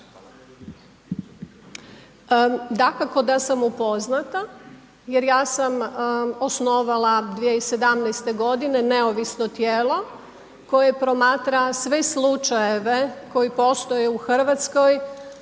Dakako da sam upoznata jer ja sam osnovala 2017. g. neovisno tijelo koje promatra sve slučajeve koji postoje u Hrvatskoj,